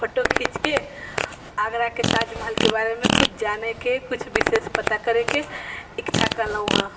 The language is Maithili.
फोटो खींचके आगराके ताजमहलके बारेमे किछु जानेके किछु विशेष पता करैके इच्छा कयलहुँ हँ